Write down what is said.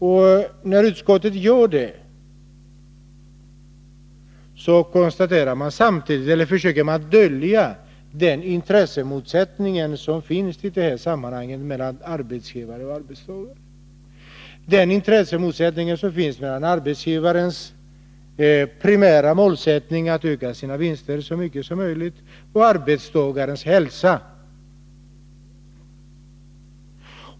När man i utskottet använder det argumentet försöker man dölja den intressemotsättning som i det här sammanhanget finns mellan arbetsgivare och arbetstagare, dvs. motsättningen mellan arbetsgivarens primära målsättning att öka sina vinster så mycket som möjligt och arbetstagarens hälsa.